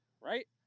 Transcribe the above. right